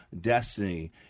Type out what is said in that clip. destiny